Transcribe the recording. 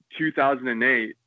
2008